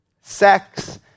Sex